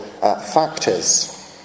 factors